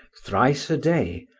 thrice a-day,